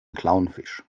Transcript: clownfisch